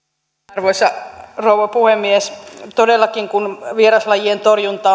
arvoisa rouva puhemies todellakin kun vieraslajien torjunta